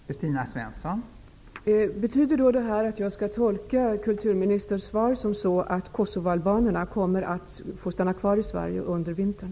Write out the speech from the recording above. Fru talman! Betyder det att jag skall tolka kulturministerns svar så att kosovoalbanerna kommer att få stanna kvar i Sverige under vintern?